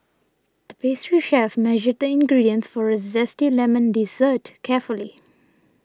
the pastry chef measured the ingredients for a Zesty Lemon Dessert carefully